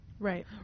Right